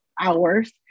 hours